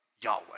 Yahweh